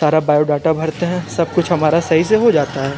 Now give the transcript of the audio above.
सारा बायोडाटा भरते है सब कुछ हमारा सही से हो जाता है